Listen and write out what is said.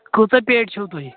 کۭژاہ پیٹہِ چھو تۄہہِ